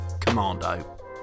Commando